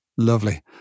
Lovely